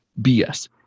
BS